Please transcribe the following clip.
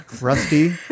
Rusty